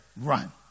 run